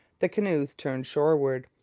the canoes turned shoreward,